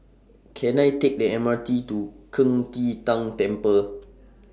Can I Take The M R T to Qing De Tang Temple